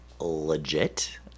legit